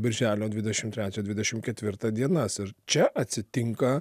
birželio dvidešimt trečią dvidešimt ketvirtą dienas ir čia atsitinka